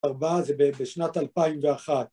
‫ארבע זה בשנת 2001.